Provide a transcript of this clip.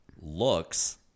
looks